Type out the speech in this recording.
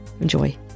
Enjoy